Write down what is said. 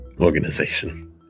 organization